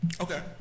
Okay